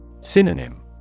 Synonym